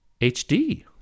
HD